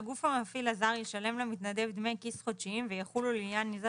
הגוף המפעיל הזר ישלם למתנדב דמי כיס חודשיים ויחולו לעניין הזה